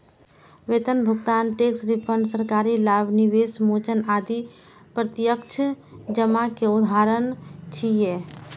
वेतन भुगतान, tax refund, सरकारी लाभ, निवेश मोचन आदि प्रत्यक्ष जमा के उदाहरण छियै